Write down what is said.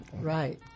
Right